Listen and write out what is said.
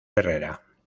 herrera